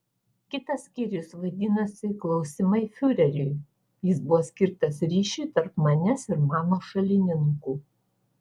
kitas skyrius vadinosi klausimai fiureriui jis buvo skirtas ryšiui tarp manęs ir mano šalininkų